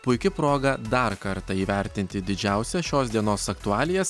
puiki proga dar kartą įvertinti didžiausias šios dienos aktualijas